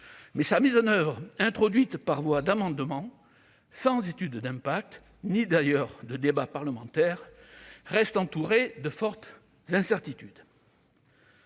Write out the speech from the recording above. mais sa mise en oeuvre, introduite par voie d'amendement sans étude d'impact ni d'ailleurs de débat parlementaire, reste entourée de fortes incertitudes.